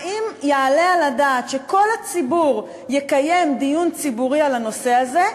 האם יעלה על הדעת שכל הציבור יקיים דיון ציבורי בנושא הזה,